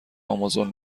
امازون